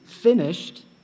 finished